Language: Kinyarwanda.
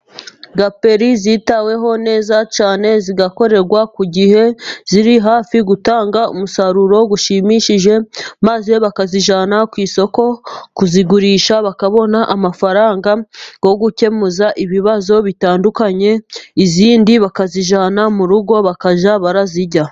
Gaperi zitaweho neza cyane, zigakorerwa ku gihe ziri hafi gutanga umusaruro ushimishije, maze bakazijyana ku isoko kuzigurisha bakabona amafaranga yo gukemura ibibazo bitandukanye, izindi bakazijyana mu rugo bakajya barazirya.